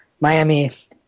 Miami